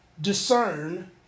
discern